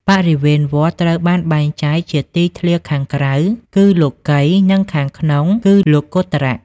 បរិវេណវត្ត ត្រូវបានបែងចែកជាទីធ្លាខាងក្រៅ គឺលោកិយ និងខាងក្នុង គឺលោកុត្តរៈ។